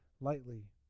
lightly